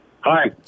Hi